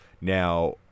Now